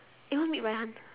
eh want meet raihan